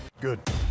Good